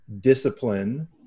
discipline